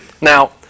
Now